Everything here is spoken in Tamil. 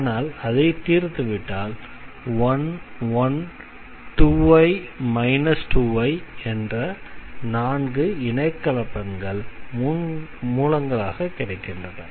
ஆனால் அதை தீர்த்துவிட்டால் 112i 2i ஆகிய இணைக் கலப்பெண்கள் மூலங்களாக கிடைக்கின்றன